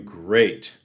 great